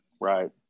right